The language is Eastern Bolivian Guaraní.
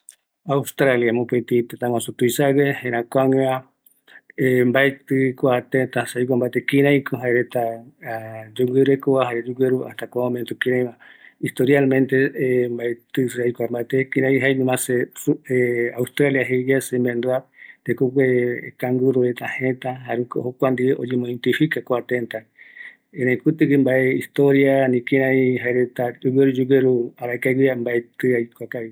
Australia, mbaetɨ mbate aikua kïraïko jaereta yogueru arake guive, jare añave oikovaera, se aendu yave kua tëtä jee, semaendua kua mïmba, canguro, jei supevare, öimeko aipo jaereta oikua kïraïko arakae yave oiko, jare añaverupi oikovaera